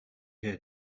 here